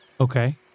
Okay